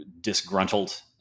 disgruntled